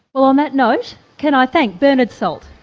well on that note can i thank bernard salt,